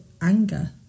anger